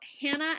Hannah